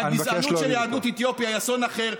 והגזענות כלפי יהדות אתיופיה היא אסון אחר.